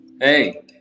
Hey